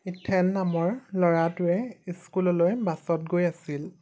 ইথেন নামৰ ল'ৰাটোৱে স্কুললৈ বাছত গৈ আছিল